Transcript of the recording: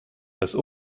das